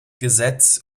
gesetz